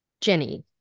jenny